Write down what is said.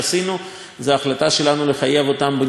זאת ההחלטה שלנו לחייב אותם בניטור על הגדרות.